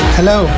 Hello